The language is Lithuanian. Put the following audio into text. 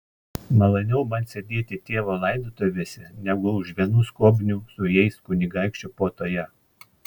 maloniau man sėdėti tėvo laidotuvėse negu už vienų skobnių su jais kunigaikščio puotoje